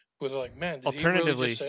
Alternatively